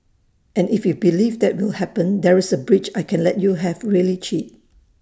and if you believe that will happen there is A bridge I can let you have really cheap